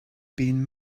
been